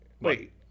Wait